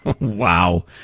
Wow